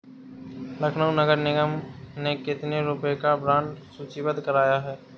लखनऊ नगर निगम ने कितने रुपए का बॉन्ड सूचीबद्ध कराया है?